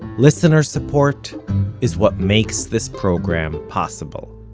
listener support is what makes this program possible